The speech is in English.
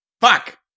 Fuck